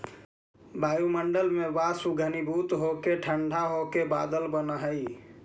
वायुमण्डल में वाष्प घनीभूत होके ठण्ढा होके बादल बनऽ हई